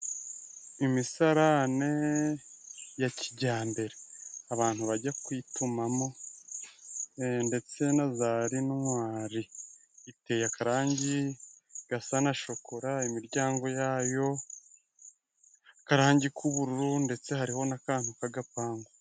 Imisarane ya kijyambere, abantu bajya kwitumamo ndetse na za rinwari. Iteye akarangi gasa na shokora. Imiryango yayo isize akarangi k'ubururu ndetse hariho n'akantu k'agapangu.